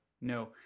no